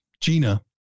Gina